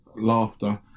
laughter